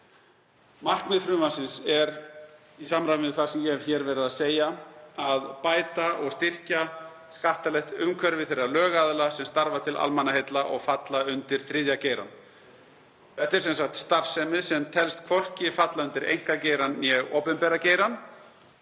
Markmið frumvarpsins er, í samræmi við það sem ég hef hér verið að segja, að bæta og styrkja skattalegt umhverfi þeirra lögaðila sem starfa til almannaheilla og falla undir þriðja geirann. Þetta er starfsemi sem telst hvorki falla undir einkageirann né opinbera geirann.